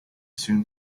soon